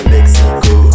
Mexico